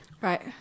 Right